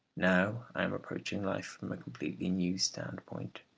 now i am approaching life from a completely new standpoint,